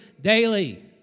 daily